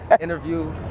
interview